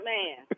Man